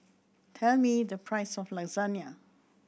tell me the price of Lasagna